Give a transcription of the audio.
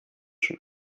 schon